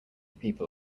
people